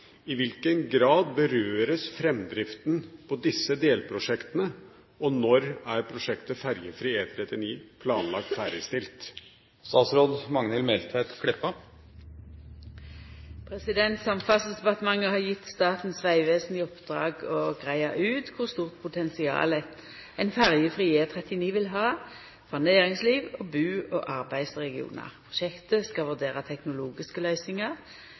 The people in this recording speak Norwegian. I hvilken grad berøres fremdriften på disse delprosjektene, og når er prosjektet «Ferjefri E39» planlagt ferdigstilt?» Samferdselsdepartementet har gjeve Statens vegvesen i oppdrag å greia ut kor stort potensial ein ferjefri E39 vil ha for næringsliv og bu- og arbeidsregionar. Prosjektet skal vurdera teknologiske løysingar